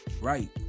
right